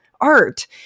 art